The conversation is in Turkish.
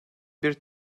bir